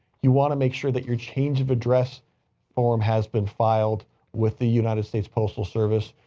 you want to make sure that your change of address form has been filed with the united states postal service.